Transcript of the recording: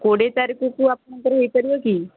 କୋଡ଼ିଏ ତାରିଖକୁ ଆପଣଙ୍କର ହେଇପାରିବ କି